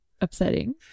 upsetting